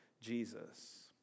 Jesus